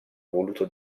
voluto